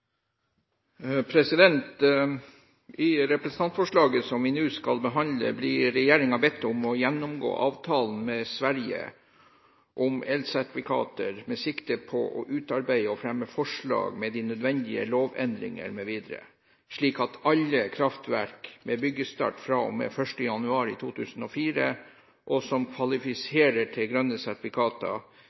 vedtatt. I representantforslaget som vi nå skal behandle, blir regjeringen bedt om å gjennomgå avtalen med Sverige om elsertifikater med sikte på å utarbeide og fremme forslag med de nødvendige lovendringer mv., slik at alle kraftverk med byggestart fra og med 1. januar 2004 og som kvalifiserer til grønne sertifikater